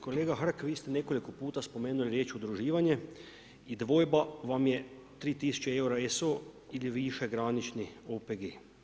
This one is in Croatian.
Kolega Hrg, vi ste nekoliko puta spomenuli riječ udruživanje i dvojba vam je 3000 eura SO ili višegranični OPG.